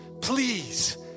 Please